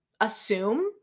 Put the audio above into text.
assume